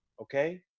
Okay